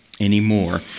Anymore